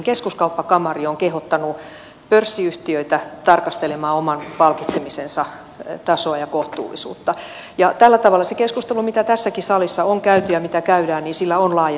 keskuskauppakamari on kehottanut pörssiyhtiöitä tarkastelemaan oman palkitsemisensa tasoa ja kohtuullisuutta ja tällä tavalla sillä keskustelulla mitä tässäkin salissa on käyty ja mitä käydään on laajempi vaikutus